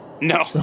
No